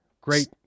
Great